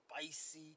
spicy